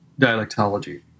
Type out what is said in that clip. dialectology